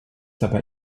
dabei